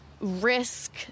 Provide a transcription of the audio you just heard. risk